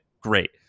great